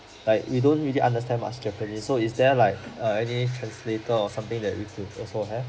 like we don't really understand much japanese so is there like err any translator or something that we could also have